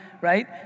right